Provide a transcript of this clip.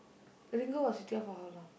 Ringo was with you for how long